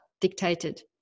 dictated